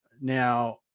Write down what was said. now